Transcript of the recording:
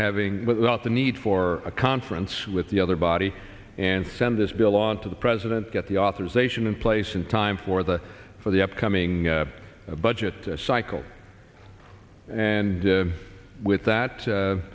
having without the need for a conference with the other body and send this bill on to the president get the authorization in place in time for the for the upcoming budget cycle and with that